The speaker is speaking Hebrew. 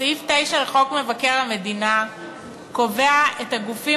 סעיף 9 לחוק מבקר המדינה קובע את הגופים